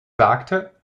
sagte